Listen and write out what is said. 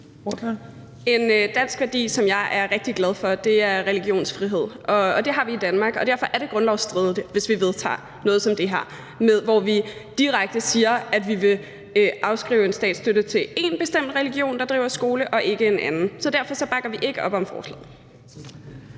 En dansk værdi, som jeg er rigtig glad for, er religionsfrihed, og det har vi i Danmark. Derfor er det grundlovsstridigt, hvis vi vedtager noget som det her, hvor vi direkte siger, at vi vil afskrive en statsstøtte til én bestemt religion, der driver en skole, og ikke en anden. Så derfor bakker vi ikke op om forslaget.